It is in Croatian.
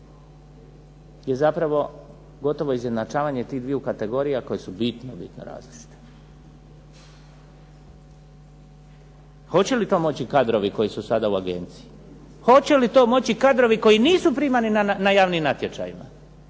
je zapravo gotovo izjednačavanje tih dviju kategorija koje su bitno, bitno različite. Hoće li to moći kadrovi, koji su sada u agenciji? Hoće li to moći kadrovi koji nisu primani na javnim natječajima?